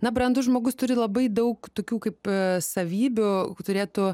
na brandus žmogus turi labai daug tokių kaip savybių turėtų